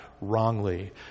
wrongly